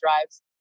drives